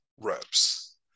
reps